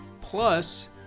Plus